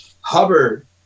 Hubbard